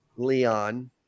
Leon